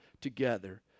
together